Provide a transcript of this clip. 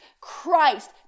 Christ